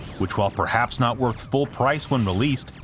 which while perhaps not worth full price when released,